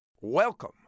Welcome